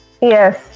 Yes